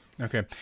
Okay